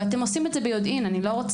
אתם עושים את זה ביודעין.